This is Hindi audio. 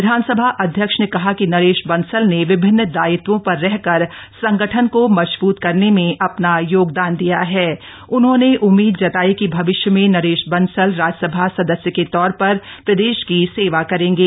विधानसभा अध्यक्ष ने कहा कि नरेश बंसल ने विभिन्न दायित्वों पर रहकर संगठन को मजबूत करने में अपना योगदान दिया ह उन्होंने उम्मीद जताई कि भविष्य में नरेश बंसल राज्यसभा सदस्य के तौर पर प्रदेश की सेवा करेंगे